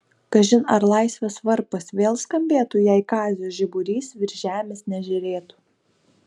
kažin ar laisvės varpas vėl skambėtų jei kazio žiburys virš žemės nežėrėtų